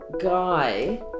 guy